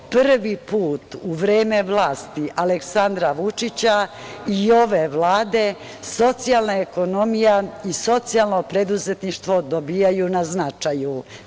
Prvi put u vreme vlasti Aleksandra Vučića i ove Vlade socijalna ekonomija i socijalno preduzetništvo dobijaju na značaju.